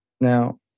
Now